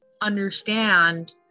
understand